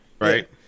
Right